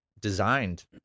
designed